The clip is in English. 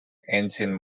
engine